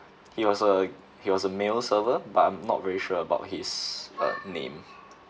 he was a he was a male server but I'm not very sure about his uh name